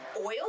oil